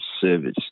service